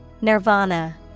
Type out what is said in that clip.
Nirvana